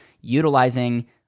utilizing